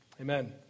amen